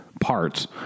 parts